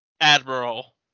Admiral